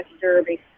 Derby